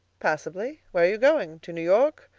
passably. where are you going? to new york?